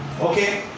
Okay